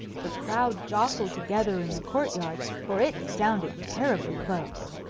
the crowd jostled together in the court-yard, for it sounded terribly close.